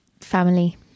family